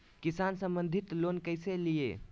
किसान संबंधित लोन कैसै लिये?